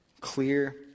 clear